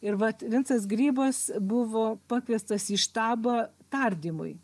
ir vat vincas grybas buvo pakviestas į štabą tardymui